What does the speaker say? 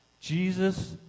Jesus